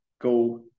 go